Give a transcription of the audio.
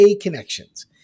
Connections